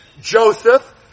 Joseph